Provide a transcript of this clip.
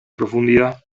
profundidad